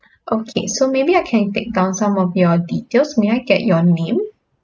okay so maybe I can take down some of your details may I get your name